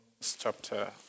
chapter